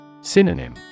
Synonym